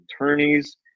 attorneys